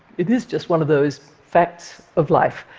it is just one of those facts of life.